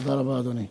תודה רבה, אדוני.